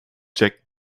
jack